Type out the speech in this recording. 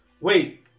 Wait